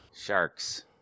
Sharks